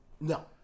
No